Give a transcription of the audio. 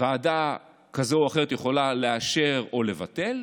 ועדה כזאת או אחרת יכולה לאשר או לבטל,